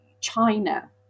China